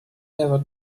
ever